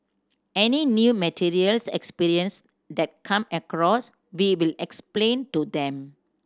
any new materials experiences that come across we will explain to them